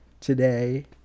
today